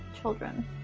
children